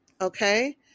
Okay